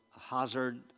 hazard